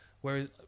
Whereas